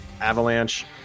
avalanche